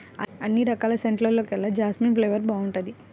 అన్ని రకాల సెంటుల్లోకెల్లా జాస్మిన్ ఫ్లేవర్ బాగుంటుంది